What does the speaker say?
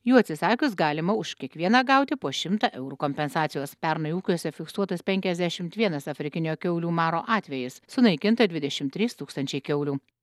jų atsisakius galima už kiekvieną gauti po šimtą eurų kompensacijos pernai ūkiuose fiksuotas penkiasdešimt vienas afrikinio kiaulių maro atvejis sunaikinta dvidešimt trys tūkstančiai kiaulių